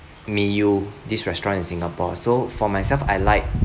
miyu this restaurant in singapore so for myself I like